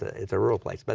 it's a rural place. but